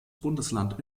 bundesland